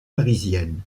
parisienne